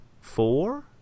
four